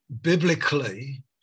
biblically